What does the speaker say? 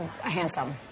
handsome